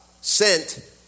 sent